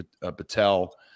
Patel